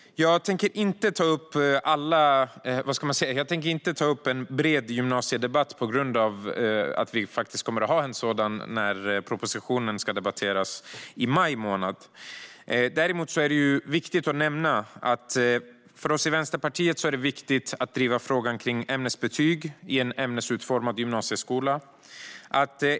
Jag tänker inte ha en bred gymnasiedebatt eftersom vi kommer att ha en sådan när propositionen ska debatteras i maj månad. Däremot är det viktigt att nämna att det för oss i Vänsterpartiet är viktigt att driva frågan om ämnesbetyg i en ämnesutformad gymnasieskola.